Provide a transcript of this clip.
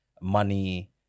money